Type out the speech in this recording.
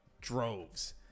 droves